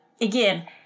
again